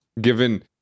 given